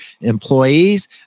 employees